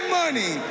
money